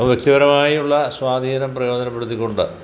അത് വ്യക്തിപരമായുള്ള സ്വാധീനം പ്രയോജനപ്പെടുത്തിക്കൊണ്ട്